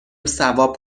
ثواب